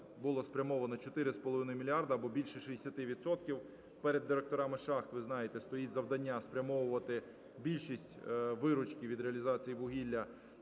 було спрямовано 4,5 мільярда або більше 60 відсотків. Перед директорами шахт, ви знаєте, стоїть завдання спрямовувати більшість виручки від реалізації вугілля